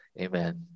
Amen